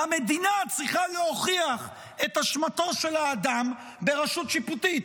והמדינה צריכה להוכיח את אשמתו של האדם ברשות שיפוטית.